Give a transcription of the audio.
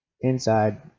Inside